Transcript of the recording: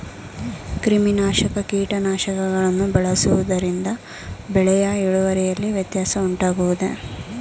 ಕ್ರಿಮಿನಾಶಕ ಕೀಟನಾಶಕಗಳನ್ನು ಬಳಸುವುದರಿಂದ ಬೆಳೆಯ ಇಳುವರಿಯಲ್ಲಿ ವ್ಯತ್ಯಾಸ ಉಂಟಾಗುವುದೇ?